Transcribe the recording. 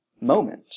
moment